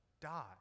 die